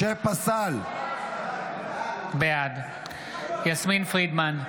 בעד יסמין פרידמן,